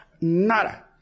nada